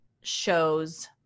shows